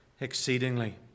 exceedingly